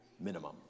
minimum